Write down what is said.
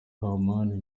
kampani